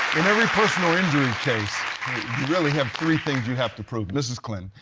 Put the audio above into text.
in every personal injury case you really have three things you have to prove. mrs. clinton,